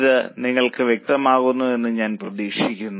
അത് നിങ്ങൾക്ക് വ്യക്തമാകുമെന്ന് ഞാൻ പ്രതീക്ഷിക്കുന്നു